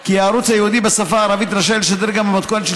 כי הערוץ הייעודי בשפה הערבית רשאי לשדר גם במתכונת של